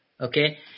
Okay